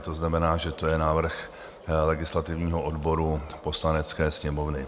To znamená, že to je návrh legislativního odboru Poslanecké sněmovny.